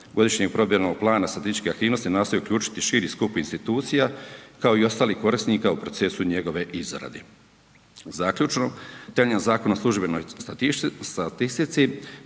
Godišnjeg provedbenog plana statističkih aktivnosti nastoji uključiti širi skup institucija kao i ostalih korisnika u procesu njegove izrade. Zaključno temeljem Zakona o službenoj statistici,